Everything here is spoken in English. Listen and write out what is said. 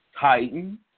Titan